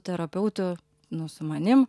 terapeutu nu su manim